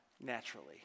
naturally